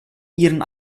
ihren